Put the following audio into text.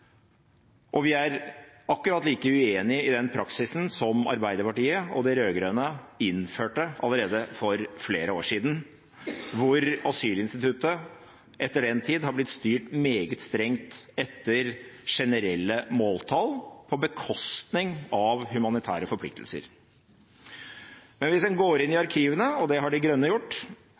og vi er akkurat like uenige i den praksisen som Arbeiderpartiet og de rød-grønne innførte allerede for flere år siden, hvor asylinstituttet etter den tid har blitt styrt meget strengt etter generelle måltall, på bekostning av humanitære forpliktelser. Men hvis en går inn i arkivene – og det har De Grønne gjort